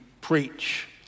preach